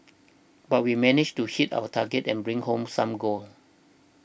but we managed to hit our target and bring home some gold